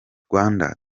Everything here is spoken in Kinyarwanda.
rwanda